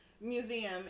museum